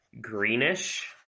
greenish